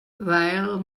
viral